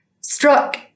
struck